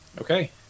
Okay